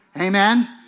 Amen